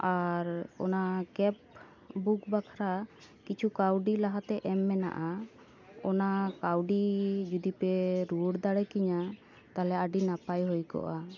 ᱟᱨ ᱚᱱᱟ ᱠᱮᱯ ᱵᱩᱠ ᱵᱟᱠᱷᱟᱨᱟ ᱠᱤᱪᱷᱩ ᱠᱟᱹᱣᱰᱤ ᱞᱟᱦᱟᱛᱮ ᱮᱢ ᱢᱮᱱᱟᱜᱼᱟ ᱚᱱᱟ ᱠᱟᱹᱣᱰᱤ ᱡᱩᱫᱤ ᱯᱮ ᱨᱩᱭᱟᱹᱲ ᱫᱟᱲᱮ ᱠᱤᱧᱟᱹ ᱛᱟᱦᱚᱞᱮ ᱟᱹᱰᱤ ᱱᱟᱯᱟᱭ ᱦᱩᱭ ᱠᱚᱜᱼᱟ